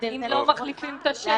אם הם לא מחליפים את השם,